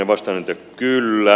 vastaan että kyllä